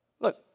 Look